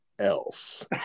else